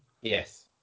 Yes